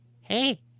hey